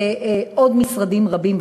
ועוד משרדים רבים,